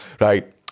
right